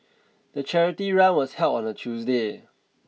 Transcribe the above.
the charity run was held on a Tuesday